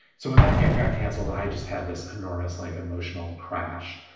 so in that camp got canceled. i just had this enormous, like emotional crash.